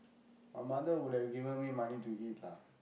my mother would have given me money to eat lah